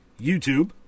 YouTube